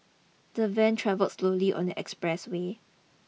the van travelled slowly on the express way